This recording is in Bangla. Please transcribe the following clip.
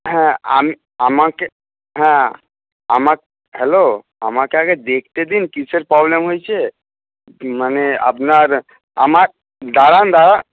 হ্যাঁ আমি আমাকে হ্যাঁ আমার হ্যালো আমাকে আগে দেখতে দিন কীসের প্রবলেম হয়েছে মানে আপনার আমার দাঁড়ান দাঁড়ান